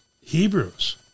Hebrews